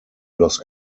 los